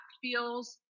feels